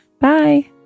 Bye